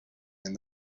and